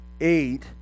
eight